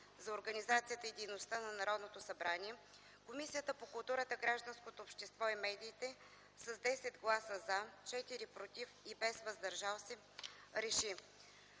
за организацията и дейността на Народното събрание Комисията по културата, гражданското общество и медиите с 10 гласа „за”, 4 „против” и без „въздържали се” реши: